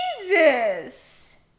Jesus